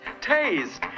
taste